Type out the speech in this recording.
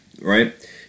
right